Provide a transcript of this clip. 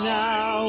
now